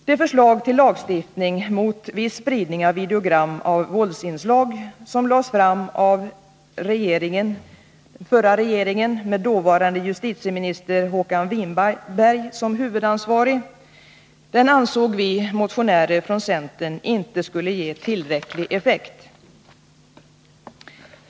Det förslag till lagstiftning mot viss spridning av videogram med våldsinslag som lades fram av regeringen, med dåvarande justitieminister Håkan Winberg som huvudansvarig, ansåg vi motionärer från centern inte skulle ge tillräcklig effekt.